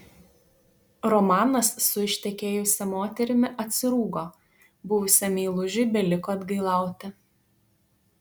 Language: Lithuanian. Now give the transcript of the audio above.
romanas su ištekėjusia moterimi atsirūgo buvusiam meilužiui beliko atgailauti